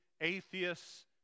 atheists